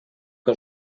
que